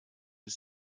ist